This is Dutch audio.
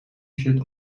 shirt